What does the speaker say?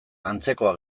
antzekoa